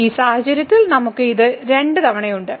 ഈ സാഹചര്യത്തിൽ നമുക്ക് ഇത് 2 തവണയുണ്ട്